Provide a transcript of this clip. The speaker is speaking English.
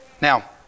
Now